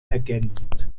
ergänzt